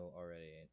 already